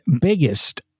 biggest